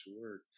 word